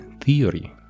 theory